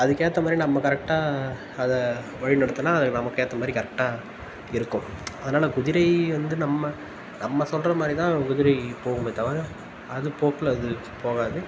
அதுக்கேற்ற மாதிரி நம்ம கரெக்டாக அதை வழி நடத்துனா அது நமக்கு ஏற்ற மாதிரி கரெக்டாக இருக்கும் அதனால குதிரை வந்து நம்ம நம்ம சொல்லுற மாதிரிதான் குதிரை போவுமே தவிர அது போக்கில் அது போகாது